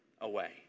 away